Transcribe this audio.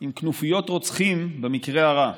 עם כנופיות רוצחים במקרה הרע.